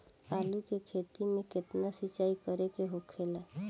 आलू के खेती में केतना सिंचाई करे के होखेला?